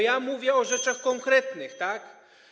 Ja mówię o rzeczach konkretnych, tak?